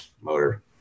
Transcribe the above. motor